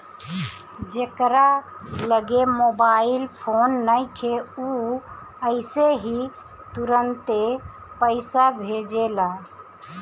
जेकरा लगे mobile phone नइखे उ अइसे ही तुरंते पईसा भेजेला